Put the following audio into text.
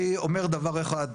אני אומר דבר אחד,